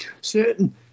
certain